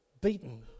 Beaten